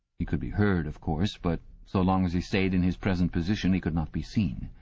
he could be heard, of course, but so long as he stayed in his present position he could not be seen.